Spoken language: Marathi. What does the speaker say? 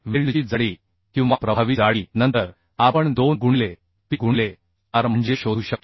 वेल्डची जाडी किंवा प्रभावी जाडी नंतर आपण 2 गुणिले pi गुणिले r म्हणजे शोधू शकतो